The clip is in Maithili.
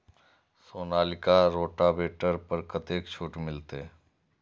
सोनालिका रोटावेटर पर कतेक छूट मिलते?